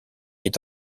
est